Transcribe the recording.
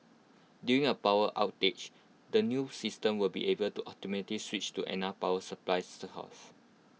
during A power outage the new system will be able to automatically switch to another power supply source